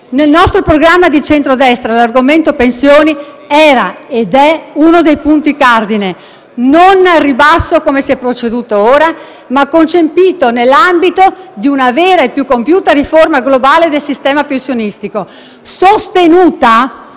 Nel nostro programma di centrodestra l'argomento pensioni era ed è uno dei punti cardine, non al ribasso come si sta facendo ora, ma concepito nell'ambito di una vera e più compiuta riforma globale del sistema pensionistico, sostenuta